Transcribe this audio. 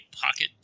Pocket